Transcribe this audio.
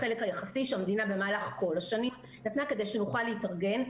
החלק היחסי שהמדינה במהלך כל השנים נתנה כדי שנוכל להתארגן,